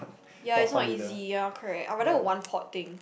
ya it's not easy you are correct I rather one pot thing